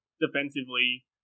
Defensively